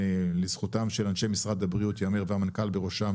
לזכותם של אנשי משרד הבריאות והמנכ"ל בראשם,